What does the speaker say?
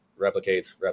replicates